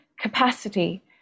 capacity